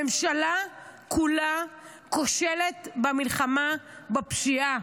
הממשלה כולה כושלת במלחמה בפשיעה.